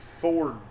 Ford